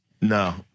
No